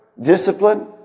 discipline